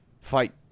fight